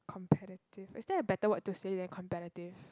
competitive is there a better word to say than competitive